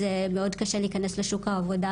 זה מאוד קשה להיכנס לשוק העבודה